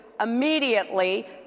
immediately